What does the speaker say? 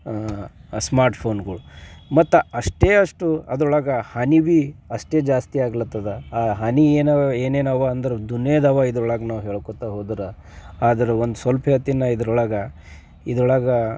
ಆ ಸ್ಮಾರ್ಟ್ ಫೋನ್ಗಳು ಮತ್ತು ಅಷ್ಟೇ ಅಷ್ಟು ಅದರೊಳಗೆ ಹಾನಿ ಭೀ ಅಷ್ಟೇ ಜಾಸ್ತಿಯಾಗ್ಲತ್ತಿದೆ ಆ ಹಾನಿ ಏನು ಏನೇನಿವೆ ಅಂದ್ರೆ ದುನಿಯಾದ್ದಿವೆ ಇದರೊಳಗೆ ನಾವು ಹೇಳ್ಕೊಳ್ತಾ ಹೋದ್ರೆ ಆದ್ರೆ ಒಂದು ಸ್ವಲ್ಪ ಹೊತ್ತಿನ ಇದರೊಳಗೆ ಇದರೊಳಗೆ